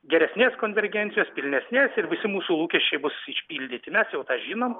geresnės konvergencijos pilnesnės ir visi mūsų lūkesčiai bus išpildyti mes jau tą žinom